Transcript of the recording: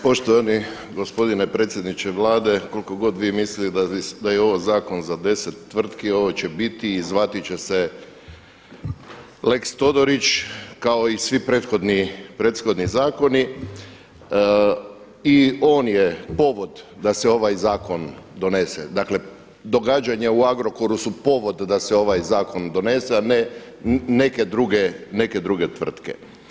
Poštovani gospodine predsjedniče Vlade, koliko god vi mislili da je ovo zakon za 10 tvrtki ovo će biti i zvati će se lex Todorić kao i svi prethodni zakoni i on je povod da se ovaj zakon donese, dakle događanja u Agrokoru su povod da se ovaj zakon donese, a ne neke druge tvrtke.